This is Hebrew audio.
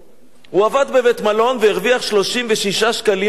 הוא עבד בבית-מלון והרוויח 36 שקלים לשעה,